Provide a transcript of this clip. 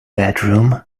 bedroom